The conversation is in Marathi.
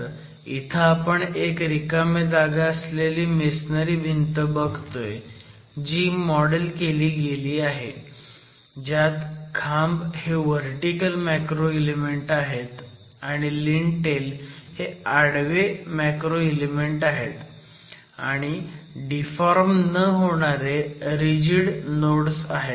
तर इथं आपण एक रिकाम्या जागा असलेली मेसनरी भिंत बघतोय जी मॉडेल केली गेली आहे ज्यात खांब हे व्हर्टिकल मॅक्रो इलेमेंट आहेत लिंटेल हे आडवे मॅक्रो इलेमेंट आहेत आणि डिफॉर्म न होणारे रिजिड नोड आहेत